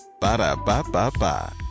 Ba-da-ba-ba-ba